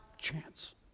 chance